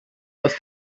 aus